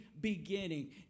beginning